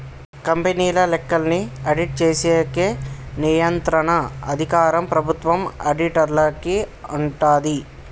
కంపెనీల లెక్కల్ని ఆడిట్ చేసేకి నియంత్రణ అధికారం ప్రభుత్వం ఆడిటర్లకి ఉంటాది